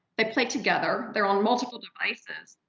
they play together, they're on multiple devices.